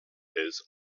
his